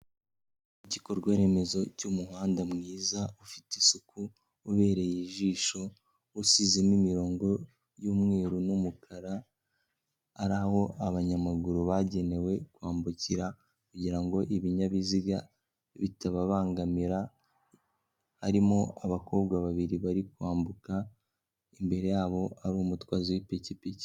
Igikorwa remezo cy'umuhanda mwiza, ufite isuku, ubereye ijisho, usizemo imirongo y'umweru n'umukara, ari aho abanyamaguru bagenewe kwambukira kugira ngo ibinyabiziga bitababangamira, harimo abakobwa babiri bari kwambuka, imbere yabo hari umutwazi w'ipikipiki.